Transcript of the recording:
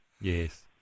Yes